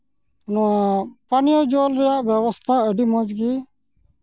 ᱱᱚᱣᱟ ᱯᱟᱱᱤᱭᱚ ᱡᱚᱞ ᱨᱮᱭᱟᱜ ᱵᱮᱵᱚᱥᱛᱷᱟ ᱟᱹᱰᱤ ᱢᱚᱡᱽ ᱜᱮ